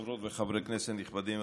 חברות וחברי כנסת נכבדים,